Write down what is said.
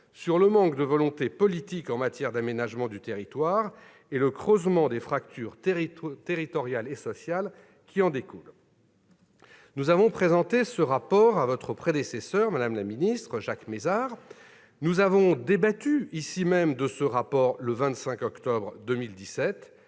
sur le manque de volonté politique en matière d'aménagement du territoire et sur le creusement des fractures territoriale et sociale qui en découlent. Nous avons présenté ce rapport à Jacques Mézard, votre prédécesseur, madame la ministre. Nous en avons débattu ici même le 25 octobre 2017